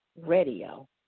Radio